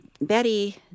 Betty